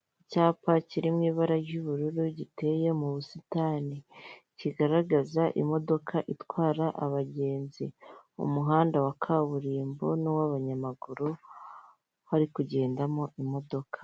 Icyapa kiri mu ibara ry'ubururu giteye mu busitani, kigaragaza imodoka itwara abagenzi. Mu muhanda wa kaburimbo nuw'abanyamaguru hari kugendamo imodoka.